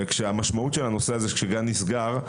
והמשמעות של הנושא הזה כשגן נסגר,